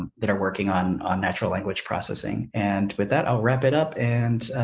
um that are working on on natural language processing. and with that, i'll wrap it up. and,